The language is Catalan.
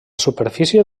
superfície